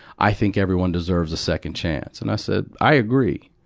i think everyone deserves a second chance. and i said, i agree.